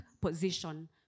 position